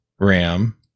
ram